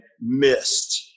missed